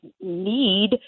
need